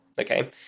Okay